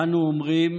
אנו אומרים